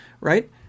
right